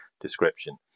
description